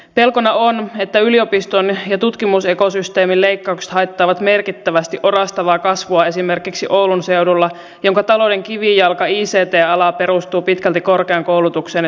pelkona on että yliopiston ja tutkimusekosysteemin leikkaukset haittaavat merkittävästi orastavaa kasvua esimerkiksi oulun seudulla jonka talouden kivijalka ict ala perustuu pitkälti korkeaan koulutukseen ja tutkimukseen